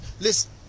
Listen